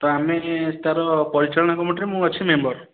ତ ଆମେ ତା'ର ପରିଚାଳନା କମିଟିରେ ମୁଁ ଅଛି ମେମ୍ବର୍